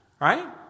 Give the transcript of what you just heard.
Right